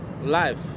life